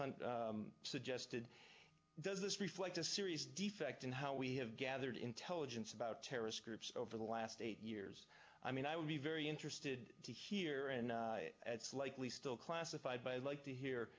suggested does this reflect a serious defect in how we have gathered intelligence about terrorist groups over the last eight years i mean i would be very interested to hear and it's likely still classified by like to